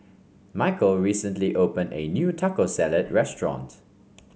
Micheal recently opened a new Taco Salad restaurant